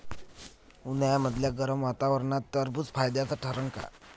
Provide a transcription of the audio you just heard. उन्हाळ्यामदल्या गरम वातावरनात टरबुज फायद्याचं ठरन का?